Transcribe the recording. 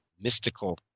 mystical